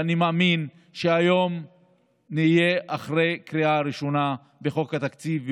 ואני מאמין שהיום נהיה אחרי קריאה ראשונה בחוק התקציב,